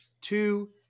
two